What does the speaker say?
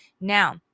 Now